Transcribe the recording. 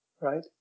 right